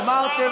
אתה מושחת.